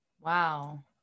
Wow